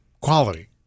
quality